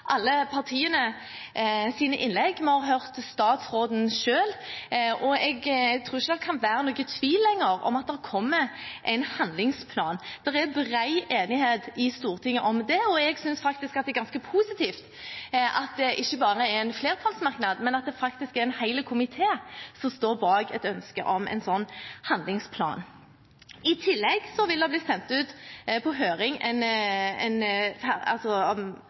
alle partienes innlegg, vi har hørt statsråden selv, og jeg tror ikke det kan være noen tvil lenger om at det kommer en handlingsplan. Det er bred enighet i Stortinget om det, og jeg synes faktisk at det er ganske positivt at det ikke bare er en flertallsmerknad, men at det faktisk er en hel komité som står bak et ønske om en sånn handlingsplan. I tillegg vil det bli sendt ut på høring et forslag om en